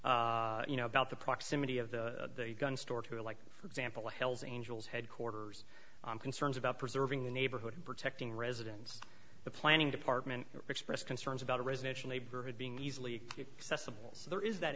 groups you know about the proximity of the gun store to the like for example hell's angels headquarters concerns about preserving the neighborhood protecting residents the planning department expressed concerns about a residential neighborhood being easily accessible so there is that